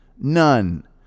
None